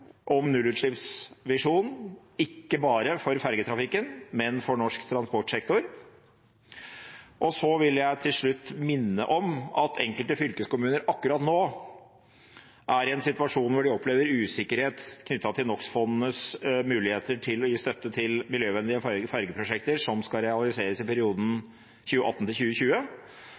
om nullutslippsvisjonen, ikke bare for fergetrafikken, men for norsk transportsektor. Så vil jeg til slutt minne om at enkelte fylkeskommuner akkurat nå er i en situasjon hvor de opplever usikkerhet knyttet til NOx-fondets muligheter til å gi støtte til miljøvennlige fergeprosjekter som skal realiseres i perioden